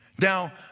Now